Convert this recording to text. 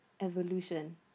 evolution